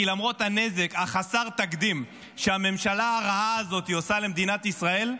כי למרות הנזק חסר התקדים שהממשלה הרעה הזאת עושה למדינת ישראל,